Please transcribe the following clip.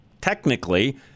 technically